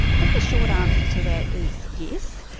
like the short answer to that is yes,